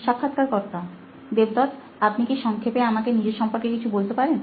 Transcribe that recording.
সাক্ষাৎকারকর্তা দেবদৎ আপনি কি সংক্ষেপে আমাকে নিজের সম্পর্কে কিছু বলতে পারেন